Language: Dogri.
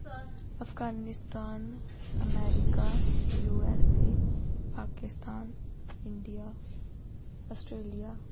Afghanistan America U S A Pakistan India Australia